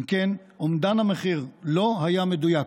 לא היה מדויק